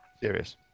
serious